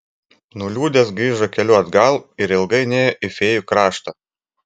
nuliūdęs grįžo keliu atgal ir ilgai nėjo į fėjų kraštą